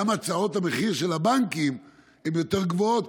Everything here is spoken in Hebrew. גם הצעות המחיר של הבנקים הן יותר גבוהות,